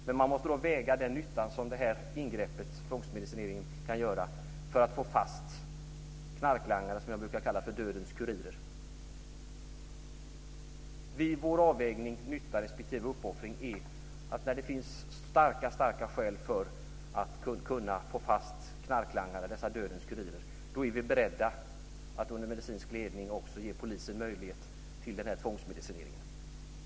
Men man måste väga den nytta som det här ingreppet, tvångsmedicineringen, kan göra för att få fast knarklangare, som jag brukar kalla för dödens kurirer. I vår avvägning mellan nytta respektive uppoffring kommer vi fram till att när det finns mycket starka skäl för att kunna få fast knarklangare, dessa dödens kurirer, är vi beredda att under medicinsk ledning också ge polisen möjlighet till den här tvångsmedicineringen.